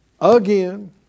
again